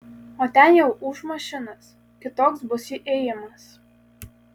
o ten jau ūš mašinos kitoks bus ėjimas